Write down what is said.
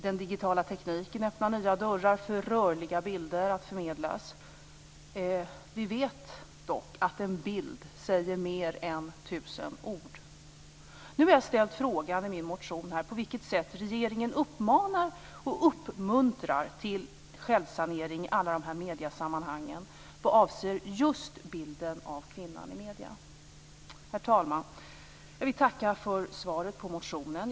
Den digitala tekniken öppnar nya dörrar för att förmedla rörliga bilder. Vi vet dock att en bild säger mer än tusen ord. I min motion har jag ställt frågan på vilket sätt regeringen uppmanar och uppmuntrar till självsanering i alla dessa mediesammanhang vad avser just bilden av kvinnan i medierna. Herr talman! Jag vill tacka för svaret på motionen.